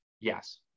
Yes